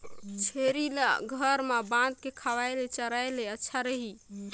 छेरी ल घर म बांध के खवाय ले चराय ले अच्छा रही?